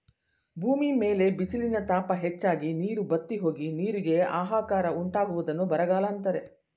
ಭೂಮಿ ಮೇಲೆ ಬಿಸಿಲಿನ ತಾಪ ಹೆಚ್ಚಾಗಿ, ನೀರು ಬತ್ತಿಹೋಗಿ, ನೀರಿಗೆ ಆಹಾಕಾರ ಉಂಟಾಗುವುದನ್ನು ಬರಗಾಲ ಅಂತರೆ